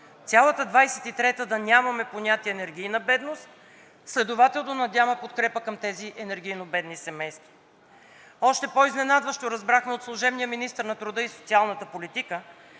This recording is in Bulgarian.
цялата 2023 г. да нямаме понятие „енергийна бедност“, следователно да няма подкрепа към тези енергийно бедни семейства. Още по-изненадващо разбрахме от служебния министър на труда и социалната политика,